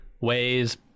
ways